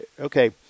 okay